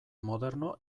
moderno